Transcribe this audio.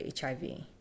HIV